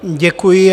Děkuji.